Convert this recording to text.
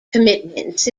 commitments